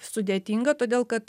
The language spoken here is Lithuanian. sudėtinga todėl kad